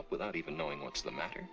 up without even knowing what's the matter